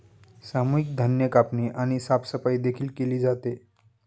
सामूहिक धान्य कापणी आणि साफसफाई देखील केली जाते